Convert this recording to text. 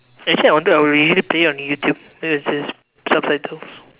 actually I wanted I'll originally play it on YouTube then it has subtitles